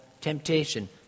temptation